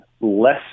less